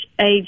age